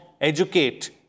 educate